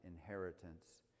inheritance